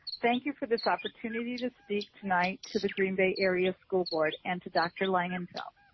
thank you for this opportunity to speak tonight to the green bay area school board, and to dr. langenfeld.